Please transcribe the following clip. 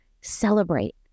celebrate